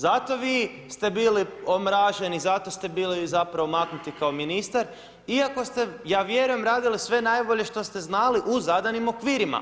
Zato vi ste bili omraženi, zato ste bili zapravo maknuti kao ministar iako ste, ja vjerujem, radili sve najbolje što ste znali u zadanim okvirima.